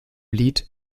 lied